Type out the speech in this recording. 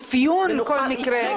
אפיון המקרה.